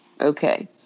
okay